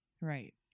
Right